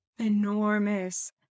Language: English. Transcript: enormous